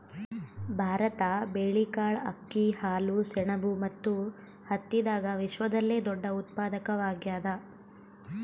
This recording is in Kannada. ಭಾರತ ಬೇಳೆಕಾಳ್, ಅಕ್ಕಿ, ಹಾಲು, ಸೆಣಬು ಮತ್ತು ಹತ್ತಿದಾಗ ವಿಶ್ವದಲ್ಲೆ ದೊಡ್ಡ ಉತ್ಪಾದಕವಾಗ್ಯಾದ